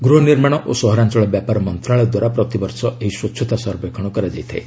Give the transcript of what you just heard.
ଗୃହ ନିର୍ମାଣ ଓ ସହରାଞ୍ଚଳ ବ୍ୟାପାର ମନ୍ତ୍ରଶାଳୟଦ୍ୱାରା ପ୍ରତିବର୍ଷ ଏହି ସ୍ୱଚ୍ଚତା ସର୍ବେକ୍ଷଣ କରାଯାଇଥାଏ